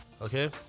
Okay